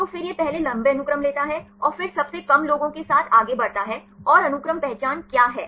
तो फिर यह पहले लंबे अनुक्रम लेता है और फिर सबसे कम लोगों के साथ आगे बढ़ता है और अनुक्रम पहचान क्या है